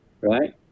right